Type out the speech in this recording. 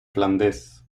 flandes